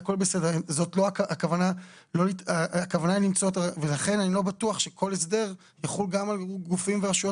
לכן אני לא בטוח שכל הסדר יחול גם על גופים ורשויות